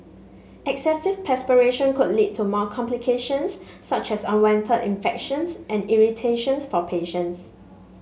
excessive perspiration could lead to more complications such as unwanted infections and irritations for patients